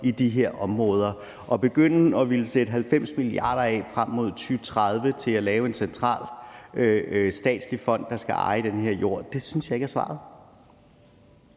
i de her områder. At begynde at ville sætte 90 mia. kr. af frem mod 2030 til at lave en central statslig fond, der skal eje den her jord, synes jeg ikke er svaret.